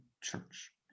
church